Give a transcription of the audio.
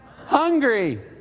hungry